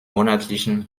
monatlichen